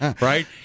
right